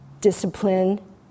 discipline